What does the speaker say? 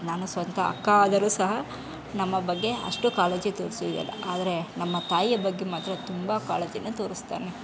ನಾನು ಸ್ವಂತ ಅಕ್ಕ ಆದರೂ ಸಹ ನಮ್ಮ ಬಗ್ಗೆ ಅಷ್ಟು ಕಾಳಜಿ ತೋರಿಸುವುದಿಲ್ಲ ಆದರೆ ನಮ್ಮ ತಾಯಿಯ ಬಗ್ಗೆ ಮಾತ್ರ ತುಂಬ ಕಾಳಜಿಯನ್ನು ತೋರಿಸ್ತಾನೆ